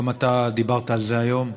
גם אתה דיברת על זה היום,